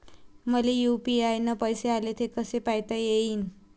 मले यू.पी.आय न पैसे आले, ते कसे पायता येईन?